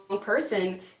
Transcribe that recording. person